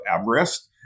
Everest